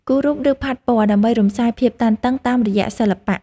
គូររូប ឬផាត់ពណ៌ ដើម្បីរំសាយភាពតានតឹងតាមរយៈសិល្បៈ។